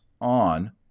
on